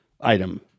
item